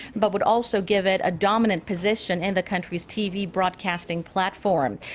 but would also give it a dominant position in the country's tv broadcasting platform.